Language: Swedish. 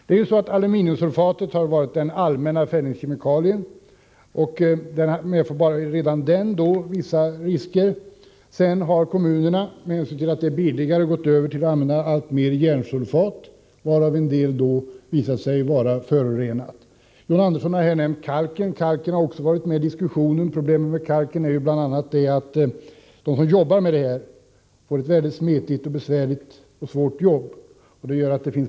Redan aluminiumsulfatet, som ju har varit den allmänna färgningskemikalien, medför vissa risker. Sedan har kommunerna, med hänsyn till att det är billigare, gått över till att använda alltmer järnsulfat, varav en del visat sig vara förorenat. John Andersson har här nämnt kalken, som ofta har varit med i diskussionen. Problemet med kalken är ju bl.a. att de som arbetar med den får ett väldigt smetigt och besvärligt jobb.